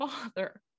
father